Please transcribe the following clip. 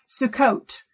Sukkot